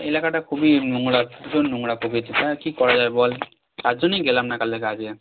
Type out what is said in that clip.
এলাকাটা খুবই নোংরা প্রচুর নোংরা প্রকৃতির তার কী করা যাবে বল তার জন্যেই গেলাম না কালকে কাজে